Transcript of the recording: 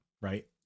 right